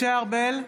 משה ארבל,